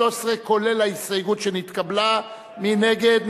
אין מתנגדים,